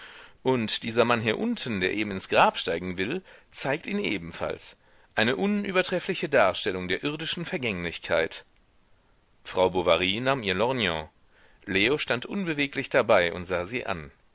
und dieser mann hier unten der eben ins grab steigen will zeigt ihn ebenfalls eine unübertreffliche darstellung der irdischen vergänglichkeit frau bovary nahm ihr lorgnon leo stand unbeweglich dabei und sah sie an